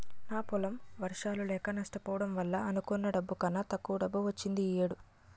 నా పొలం వర్షాలు లేక నష్టపోవడం వల్ల అనుకున్న డబ్బు కన్నా తక్కువ డబ్బు వచ్చింది ఈ ఏడు